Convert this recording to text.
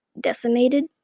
decimated